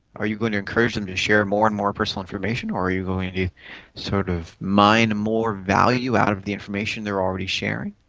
are you going to encourage them to share more and more personal information or are you going and to sort of mine more value out of the information they are already sharing,